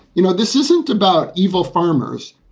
you know, this isn't about evil farmers.